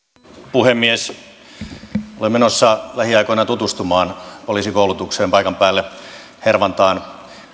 puhemies olen menossa lähiaikoina tutustumaan poliisikoulutukseen paikan päälle hervantaan